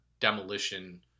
demolition